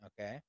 Okay